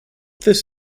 this